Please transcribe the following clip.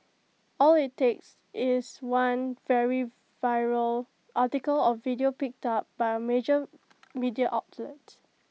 all IT takes is one very viral article or video picked up by A major media outlet